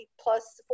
plus